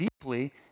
deeply